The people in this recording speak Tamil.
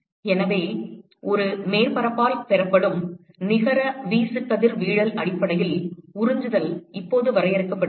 எனவே ஒரு மேற்பரப்பால் பெறப்படும் நிகர வீசுகதிர்வீழல் அடிப்படையில் உறிஞ்சுதல் இப்போது வரையறுக்கப்படுகிறது